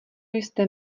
jste